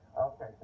Okay